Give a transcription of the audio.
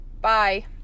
Bye